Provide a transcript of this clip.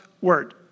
word